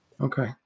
Okay